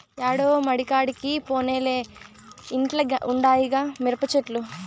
యాడో మడికాడికి పోనేలే ఇంట్ల ఉండాయిగా మిరపచెట్లు